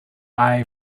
eye